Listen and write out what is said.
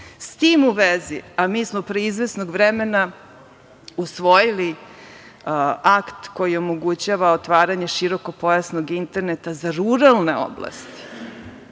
S tim u vezi, a mi smo pre izvesnog vremena usvojili akt koji omogućava otvaranje širokopojasnog interneta za ruralne oblasti